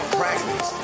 practice